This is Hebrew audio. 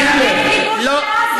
כיבוש בעזה.